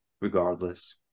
regardless